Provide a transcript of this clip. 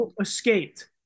escaped